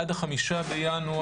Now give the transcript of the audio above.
עד ה-5 בינואר,